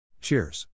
Cheers